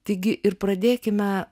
taigi ir pradėkime